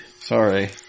Sorry